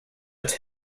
its